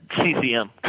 CCM